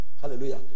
Hallelujah